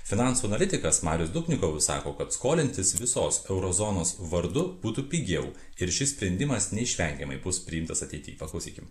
finansų analitikas marius dubnikovas sako kad skolintis visos euro zonos vardu būtų pigiau ir šis sprendimas neišvengiamai bus priimtas ateity paklausykim